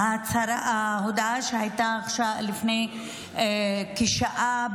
ההודעה שהייתה לפני כשעה